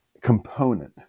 component